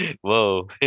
Whoa